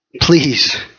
please